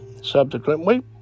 subsequently